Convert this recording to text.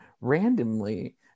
randomly